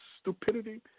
stupidity